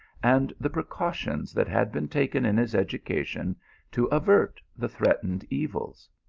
and the precautions that had been taken in his education to avert the threatened evils.